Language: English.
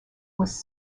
was